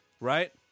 right